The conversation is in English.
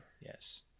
Yes